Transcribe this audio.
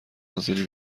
حاضری